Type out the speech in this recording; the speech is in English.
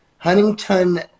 Huntington